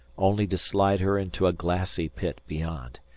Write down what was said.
only to slide her into a glassy pit beyond.